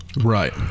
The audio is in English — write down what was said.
Right